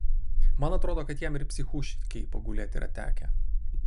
man atrodo kad jam ir psichūškėj pagulėt yra tekę